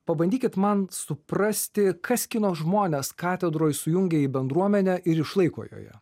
pabandykit man suprasti kas kino žmones katedroj sujungia į bendruomenę ir išlaiko joje